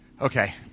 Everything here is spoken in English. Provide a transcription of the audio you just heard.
Okay